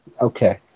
Okay